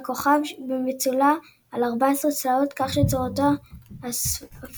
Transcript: הורכב ממצולע בעל 14 צלעות כך שצורתו הספרית